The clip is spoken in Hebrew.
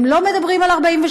הם לא מדברים על 48',